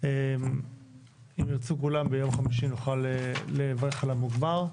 אם ירצו כולם ביום חמישי נוכל לברך על המוגמר.